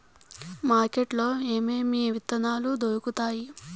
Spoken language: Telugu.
మార్కెట్ లో ఏమేమి విత్తనాలు దొరుకుతాయి